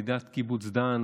ילידת קיבוץ דן,